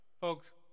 folks